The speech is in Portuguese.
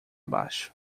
baixo